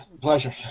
pleasure